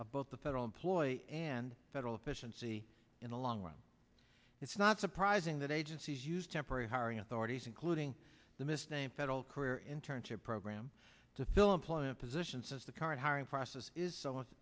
both the federal employee and federal efficiency in the long run it's not surprising that agencies used temporary hiring authorities including the misnamed federal career internship program to fill employment positions as the current hiring process is so most